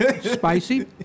Spicy